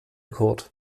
kurt